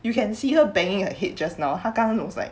you can see how banging head just now 他刚刚 looks like